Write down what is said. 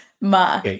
Ma